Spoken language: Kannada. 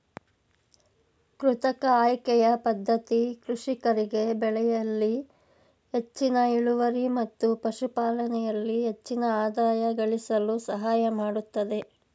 ಕೃತಕ ಆಯ್ಕೆಯ ಪದ್ಧತಿ ಕೃಷಿಕರಿಗೆ ಬೆಳೆಯಲ್ಲಿ ಹೆಚ್ಚಿನ ಇಳುವರಿ ಮತ್ತು ಪಶುಪಾಲನೆಯಲ್ಲಿ ಹೆಚ್ಚಿನ ಆದಾಯ ಗಳಿಸಲು ಸಹಾಯಮಾಡತ್ತದೆ